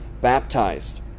baptized